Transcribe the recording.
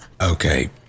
Okay